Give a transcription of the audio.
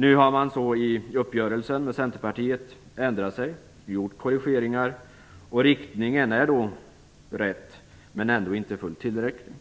Nu har man i uppgörelsen med Centerpartiet ändrat sig och gjort korrigeringar. Riktningen har blivit rätt, men detta är ändå inte fullt tillräckligt.